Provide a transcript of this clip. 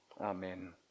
Amen